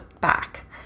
back